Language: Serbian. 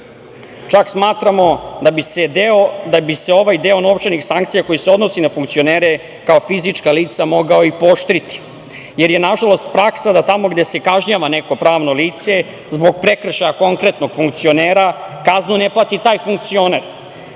smatramo da bi se ovaj deo novčanih sankcija, koji se odnosi na funkcionere kao fizička lica, mogao i pooštriti, jer je, nažalost, praksa da tamo gde se kažnjava neko pravno lice zbog prekršaja konkretno funkcionera, kaznu ne plati taj funkcioner,